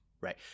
right